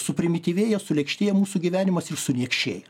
suprimityvėja sulėkštėja mūsų gyvenimas suniekšėja